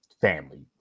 family